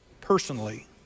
personally